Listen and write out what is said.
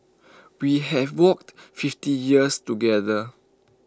we have walked fifty years together